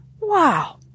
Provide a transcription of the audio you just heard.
Wow